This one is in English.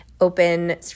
open